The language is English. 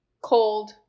cold